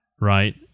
right